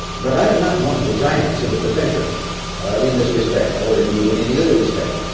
but i am not one of the giants of the profession in this respect or indeed in any other respect.